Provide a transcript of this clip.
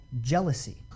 jealousy